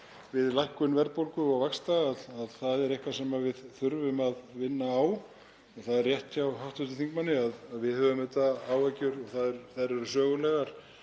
við lækkun verðbólgu og vaxta. Það er eitthvað sem við þurfum að vinna á. Það er rétt hjá hv. þingmanni að við höfum auðvitað áhyggjur, og þær eru sögulegar,